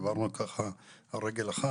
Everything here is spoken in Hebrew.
אנחנו דיברנו ככה, על רגל אחת.